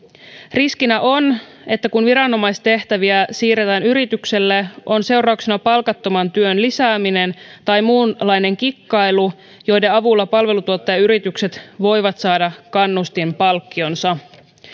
riskinä on että kun viranomaistehtäviä siirretään yritykselle on seurauksena palkattoman työn lisääminen tai muunlainen kikkailu joiden avulla palveluntuottajayritykset voivat saada kannustinpalkkionsa